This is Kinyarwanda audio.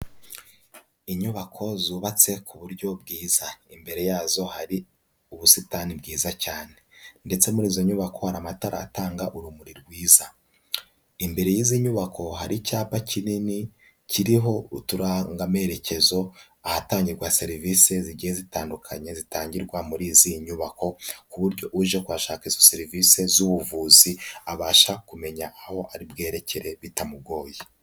Inyubako zubatse ku buryo bwiza, imbere yazo hari ubusitani bwiza cyane, ndetse muri izo nyubako hari amatara atanga urumuri rwiza, imbere y'izi nyubako hari icyapa kinini kiriho uturanga amerekezo ahatangirwa serivisi zigiye zitandukanye zitangirwa muri izi nyubako, ku buryo uje kuhashaka serivisi z'ubuvuzi abasha kumenya aho ari bwekere bitamugoye.